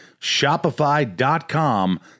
Shopify.com